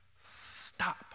stop